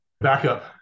backup